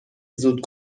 زود